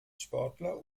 sportler